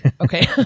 Okay